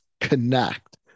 connect